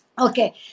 okay